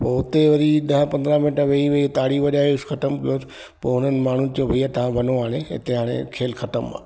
ओ हुते वरी ॾह पंद्राहं मिंट वेई वेई ताड़ी वॼाए रेस ख़तमु कयो पोइ हुननि माण्हुनि चयो भईया तव्हां वञो हाणे हिते हाणे खेल ख़तम आहे